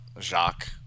Jacques